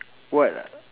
what ah